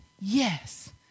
Yes